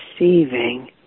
receiving